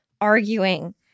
arguing